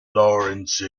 laurence